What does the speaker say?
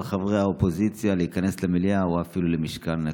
חברי האופוזיציה להיכנס למליאה או אפילו למשכן הכנסת.